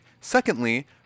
Secondly